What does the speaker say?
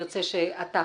ארצה שאתה